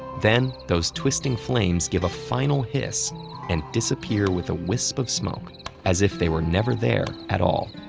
then, those twisting flames give a final hiss and disappear with a wisp of smoke as if they were never there at all.